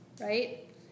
Right